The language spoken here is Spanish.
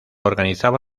organizaba